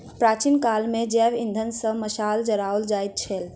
प्राचीन काल मे जैव इंधन सॅ मशाल जराओल जाइत छलै